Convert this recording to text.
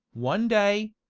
one day,